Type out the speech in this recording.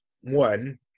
one